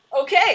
Okay